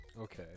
okay